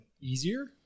easier